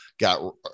got